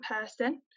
person